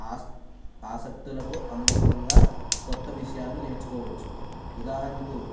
ఆస్ ఆసక్తులకు అనుగుణంగా కొత్త విషయాలు నేర్చుకోవచ్చు ఉదాహరణకు